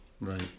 Right